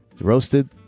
roasted